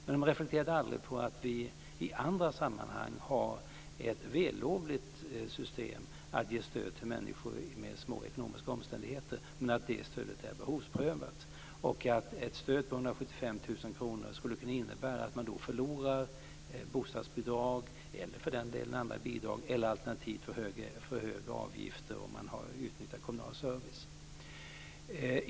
Men de reflekterade aldrig över att vi i andra sammanhang har ett, i och för sig vällovligt, system för att ge stöd till människor med små ekonomiska omständigheter och att det stödet är behovsprövat. Ett stöd på 175 000 kr skulle då kunna innebära att man förlorar bostadsbidrag och andra bidrag eller att man får högre avgifter om man utnyttjar kommunal service.